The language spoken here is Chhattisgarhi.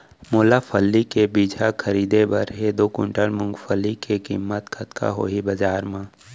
मोला फल्ली के बीजहा खरीदे बर हे दो कुंटल मूंगफली के किम्मत कतका होही बजार म?